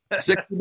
Six